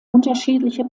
unterschiedliche